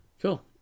Cool